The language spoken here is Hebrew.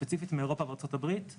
ספציפית מאירופה וארה"ב,